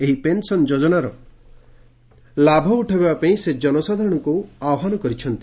ଏହି ପେନ୍ସନ୍ ଯୋଜନାର ଲାଭ ଉଠାଇବାପାଇଁ ସେ ଜନସାଧାରଣଙ୍କୁ ଆହ୍ୱାନ କରିଛନ୍ତି